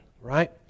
right